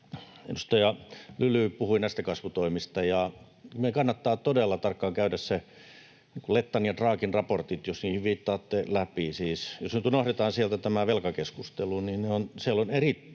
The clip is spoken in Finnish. edustaja Lyly puhui näistä kasvutoimista, niin meidän kannattaa todella tarkkaan käydä läpi ne Lettan ja Draghin raportit, jos niihin viittaatte. Jos nyt unohdetaan sieltä tämä velkakeskustelu, niin siellä Draghilla